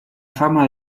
fama